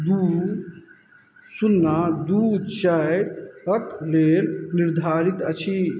दू शून्ना दू चारि तक लेल निर्धारित अछि